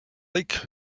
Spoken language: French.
lake